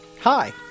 Hi